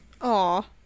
Aw